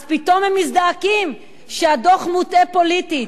אז פתאום הם מזדעקים שהדוח מוטה פוליטית.